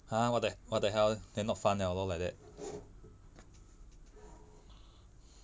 !huh! what the what the hell then not fun liao lor like that